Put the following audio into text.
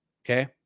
Okay